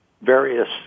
various